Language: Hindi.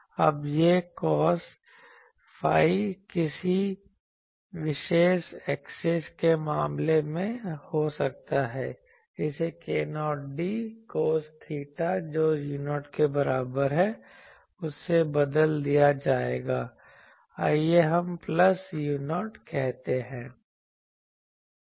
अब यह कोस फाई किसी विशेष एक्सिस के मामले में हो सकता है इसे k0d कोस थीटा जो u0 के बराबर है उससे बदल दिया जाएगा आइए हम प्लस u0 कहते हैं